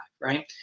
right